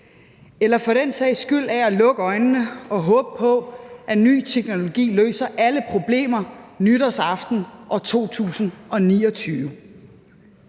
eller for den sags skyld af at lukke øjnene og håbe på, at ny teknologi løser alle problemer nytårsaften år 2029.